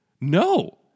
No